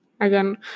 again